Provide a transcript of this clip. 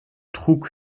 trug